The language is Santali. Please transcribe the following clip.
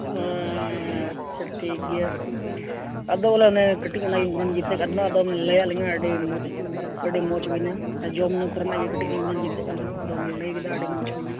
ᱦᱩᱸᱻ ᱟᱪᱪᱷᱟ ᱴᱷᱤᱠ ᱜᱮᱭᱟ ᱟᱫᱚ ᱵᱚᱞᱮ ᱚᱱᱮ ᱠᱟᱹᱴᱤᱡ ᱚᱱᱟᱜᱮᱧ ᱜᱩᱱᱟᱹᱱ ᱪᱤᱛᱱᱟᱹᱜ ᱠᱟᱱ ᱛᱟᱦᱮᱱᱟ ᱟᱫᱚ ᱞᱟᱹᱭᱟᱫ ᱞᱤᱧᱟᱹ ᱟᱹᱰᱤ ᱢᱚᱡᱽ ᱟᱹᱰᱤ ᱢᱚᱡᱽ ᱦᱩᱭᱮᱱᱟ ᱡᱚᱢ ᱧᱩ ᱠᱚᱨᱮᱱᱟᱜ ᱜᱮ ᱠᱟᱹᱴᱤᱡ ᱞᱤᱧ ᱜᱩᱱᱟᱹᱱ ᱪᱤᱱᱛᱟᱹᱜ ᱠᱟᱱ ᱛᱟᱦᱮᱱᱟ ᱟᱫᱚ ᱞᱟᱹᱭ ᱠᱮᱫᱟ ᱟᱹᱰᱤ ᱢᱚᱡᱽ ᱦᱩᱭᱮᱱᱟ